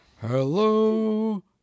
Hello